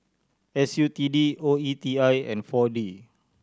S U T D O E T I and Four D